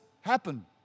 happen